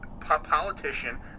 politician